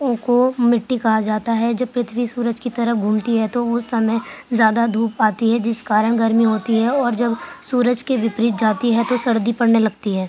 کو مٹی کہا جاتا ہے جب پرتھوی سورج کی طرف گھومتی ہے تو اس سمئے زیادہ دھوپ آتی ہے جس کارن گرمی ہوتی ہے اور جب سورج کے وپریت جاتی ہے تو سردی پڑنے لگتی ہے